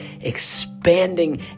expanding